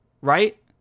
Right